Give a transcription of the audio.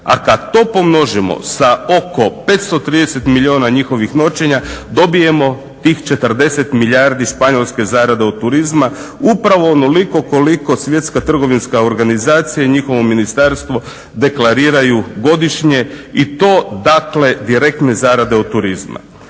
a kad to pomnožimo sa oko 530 milijuna njihovih noćenja dobijemo tih 40 milijardi Španjolske zarade od turizma. Upravo onoliko koliko svjetska trgovinska organizacija i njihovo ministarstvo deklariraju godišnje i to dakle direktne zarade od turizma.